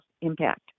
impact